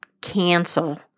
cancel